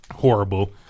horrible